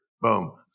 Boom